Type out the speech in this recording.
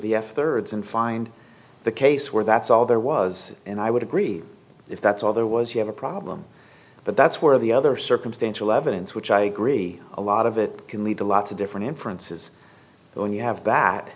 the f thirds and find the case where that's all there was and i would agree if that's all there was you have a problem but that's where the other circumstantial evidence which i agree a lot of it can lead to lots of different inferences but when you have that